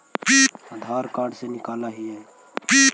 आधार card से निकाल हिऐ?